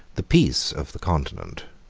the peace of the continent,